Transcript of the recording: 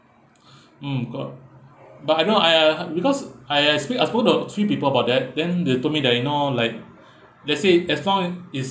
mm got but I know I uh because I uh speak I phone to three people about that then they told me that you know like let's say as long a~ is